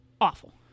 awful